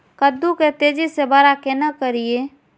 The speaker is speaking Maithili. कद्दू के तेजी से बड़ा केना करिए?